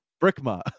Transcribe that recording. brickma